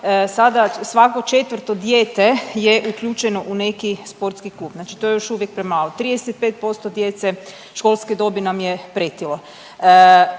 sada svako 4 dijete je uključeno u neki sportski klub. Znači to je još uvijek premalo. 35% djece školske dobi nam je pretilo.